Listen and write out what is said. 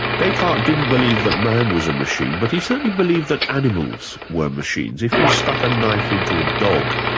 descartes didn't believe that man was a machine but he certainly believed that animals were machines. if you stuck a knife into a dog,